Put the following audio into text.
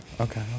Okay